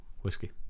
whiskey